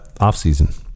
offseason